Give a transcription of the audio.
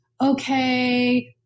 okay